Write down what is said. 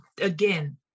again